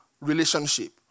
relationship